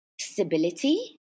stability